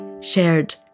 shared